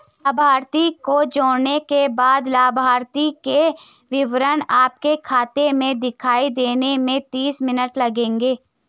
लाभार्थी को जोड़ने के बाद लाभार्थी के विवरण आपके खाते में दिखाई देने में तीस मिनट लगेंगे